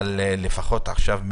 אבל לפחות עכשיו,